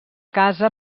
casa